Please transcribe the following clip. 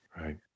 Right